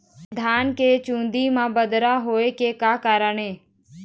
धान के चुन्दी मा बदरा होय के का कारण?